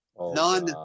none